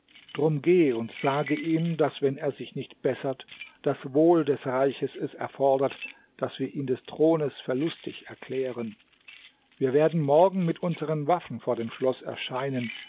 drum geh und sage ihm daß wenn er sich nicht bessert das wohl des reiches es erfordert daß wir ihn des thrones verlustig erklären wir werden morgen mit unseren waffen vor dem schloß erscheinen